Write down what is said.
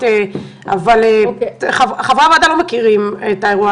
אבל חברי הוועדה לא מכירים את הטיפול.